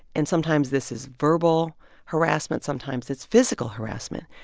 and sometimes, this is verbal harassment. sometimes, it's physical harassment.